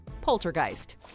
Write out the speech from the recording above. Poltergeist